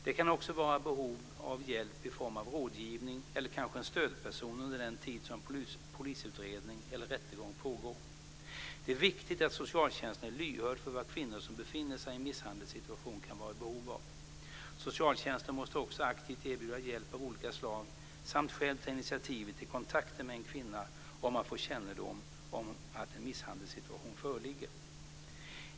Det kan också vara fråga om behov av hjälp i form av rådgivning eller kanske en stödperson under den tid som polisutredning eller rättegång pågår. Det är viktigt att socialtjänsten är lyhörd för vad kvinnor som befinner sig i en misshandelssituation kan vara i behov av. Socialtjänsten måste också aktivt erbjuda hjälp av olika slag samt själv ta initiativ till kontakter med en kvinna om man får kännedom om att en misshandelssituation föreligger.